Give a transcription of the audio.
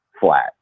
flat